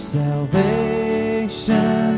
salvation